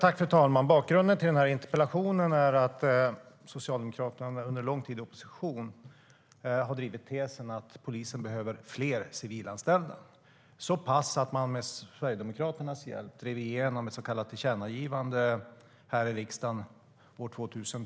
Fru talman! Bakgrunden till interpellationen är att Socialdemokraterna under lång tid i opposition drev tesen att polisen behöver fler civilanställda så pass hårt att man 2012 med Sverigedemokraternas hjälp drev igenom ett så kallat tillkännagivande här i riksdagen.